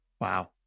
Wow